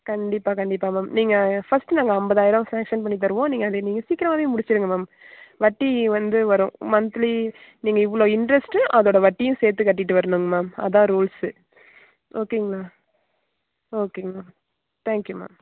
கண்டிப்பாக கண்டிப்பாக மேம் நீங்கள் ஃபர்ஸ்ட்டு நாங்கள் ஐம்பதாயிரம் சேங்க்ஷன் பண்ணித் தருவோம் நீங்கள் அதை நீங்கள் சீக்கிரமாகவே முடிச்சிருங்க மேம் வட்டி வந்து வரும் மந்த்லி நீங்கள் இவ்வளோ இன்ட்ரஸ்ட்டு அதோட வட்டியும் சேர்த்து கட்டிகிட்டு வர்ணுங்க மேம் அதான் ரூல்ஸு ஓகேங்களா ஓகேங்க மேம் தேங்க் யூ மேம்